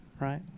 right